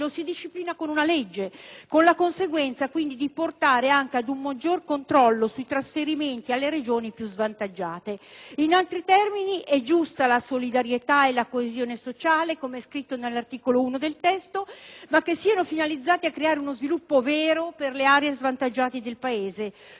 con la conseguenza, quindi, di introdurre anche un maggiore controllo sui trasferimenti alle Regioni più svantaggiate. In altri termini, sono giuste la solidarietà e la coesione sociale (come scritto nell'articolo 1 del testo), ma che siano finalizzate a creare uno sviluppo vero per le aree svantaggiate del Paese: solidarietà utile